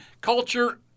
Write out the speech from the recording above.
culture